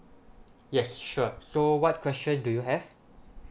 yes sure so what question do you have